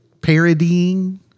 parodying